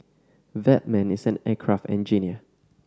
that man is an aircraft engineer